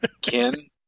Ken